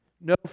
no